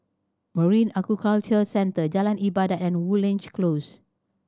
Marine Aquaculture Centre Jalan Ibadat and Woodleigh Close